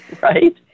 right